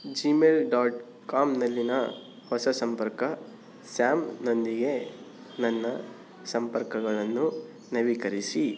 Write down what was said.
Gmail dot ಕಾಮ್ನಲ್ಲಿನ ಹೊಸ ಸಂಪರ್ಕ ಸ್ಯಾಮ್ನೊಂದಿಗೆ ನನ್ನ ಸಂಪರ್ಕಗಳನ್ನು ನವೀಕರಿಸಿ